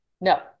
No